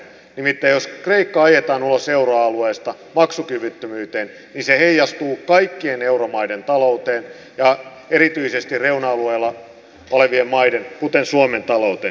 nimittäin jos kreikka ajetaan ulos euroalueesta maksukyvyttömyyteen niin se heijastuu kaikkien euromaiden talouteen ja erityisesti reuna alueilla olevien maiden kuten suomen talouteen